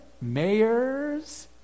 mayors